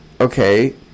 okay